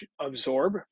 absorb